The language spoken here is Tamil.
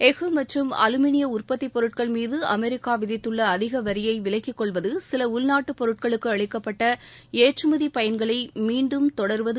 எஃகு மற்றும் அலுமினிய உற்பத்தி பொருட்கள்மீது அமெரிக்கா விதித்துள்ள அதிக வரியை விலக்கிக்கொள்வது சில உள்நாட்டு பொருட்களுக்கு அளிக்கப்பட்ட ஏற்றுமதி பயன்களை மீண்டும் தொடருவது